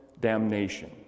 damnation